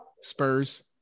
Spurs